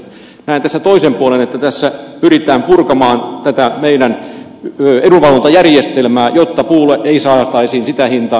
näen tässä toisen puolen että tässä pyritään purkamaan tätä meidän edunvalvontajärjestelmää jotta puulle ei saataisi sitä hintaa